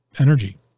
energy